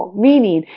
meaning,